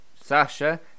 Sasha